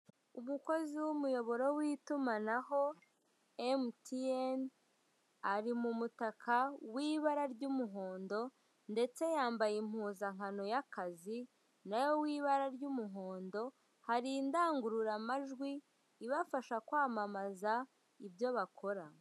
Umukozi w'umuyoboro w'itumanaho emutiyeni ari mu mutaka w'ibara ry'umuhondo ndetse yambaye impuzankano y'akazi nawe wibara ry'umuhondo, hari indangururamajwi ibafasha kwamamaza ibyo bakora.